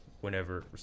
whenever